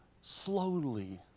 slowly